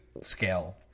scale